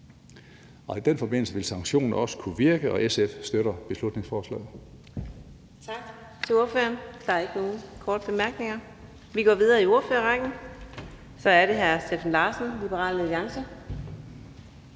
i den forbindelse vil sanktioner også kunne virke, og SF støtter beslutningsforslaget.